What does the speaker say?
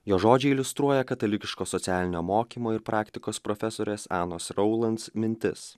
jo žodžiai iliustruoja katalikiško socialinio mokymo ir praktikos profesorės anos raulans mintis